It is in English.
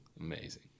amazing